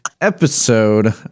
episode